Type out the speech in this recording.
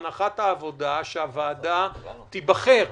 הנחת העבודה היא שהוועדה תיבחר.